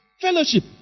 Fellowship